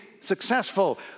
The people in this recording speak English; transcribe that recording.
successful